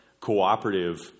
cooperative